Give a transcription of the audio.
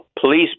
police